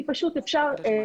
כי פשוט אפשר.